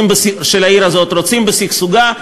רוצים בשגשוגה,